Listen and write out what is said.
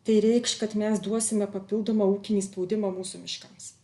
tai reikš kad mes duosime papildomą ūkinį spaudimą mūsų miškas